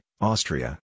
Austria